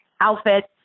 outfits